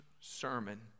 sermon